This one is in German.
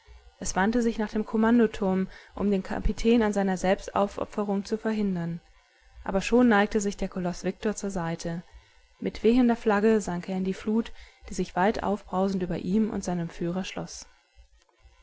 es wandte sich nach dem kommandoturm um den kapitän an seiner selbstaufopferung zu verhindern aber schon neigte sich der koloß viktor zur seite mit wehender flagge sank er in die flut die sich weitaufbrausend über ihm und seinem führer schloß